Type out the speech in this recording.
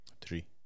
Three